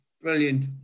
Brilliant